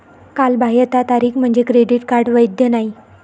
कालबाह्यता तारीख म्हणजे क्रेडिट कार्ड वैध नाही